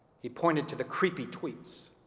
he pointed to the creepy tweets,